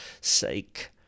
sake